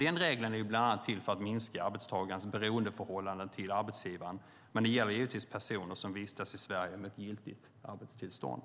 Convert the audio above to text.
Den regeln är bland annat till för att minska arbetstagarens beroendeförhållande till arbetsgivaren, men den gäller givetvis personer som vistas i Sverige med ett giltigt arbetstillstånd.